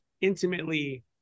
intimately